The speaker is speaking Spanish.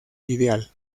ideal